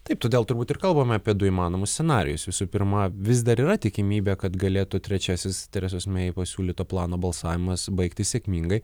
taip todėl turbūt ir kalbame apie du įmanomus scenarijus visų pirma vis dar yra tikimybė kad galėtų trečiasis teresos mei pasiūlyto plano balsavimas baigtis sėkmingai